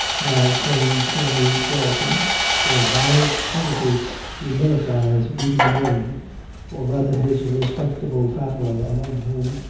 now plain corny dalton for vile poverty humilifies even the name or rather his respectable family, among whom,